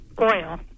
oil